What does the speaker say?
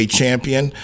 champion